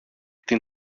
την